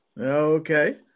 Okay